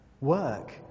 work